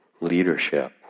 leadership